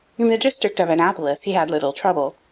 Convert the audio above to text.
in the district of annapolis he had little trouble.